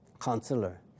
Counselor